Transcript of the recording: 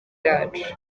yacu